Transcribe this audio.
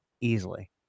easily